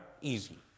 easy